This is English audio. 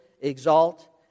exalt